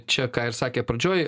čia ką ir sakė pradžioj